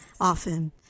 Often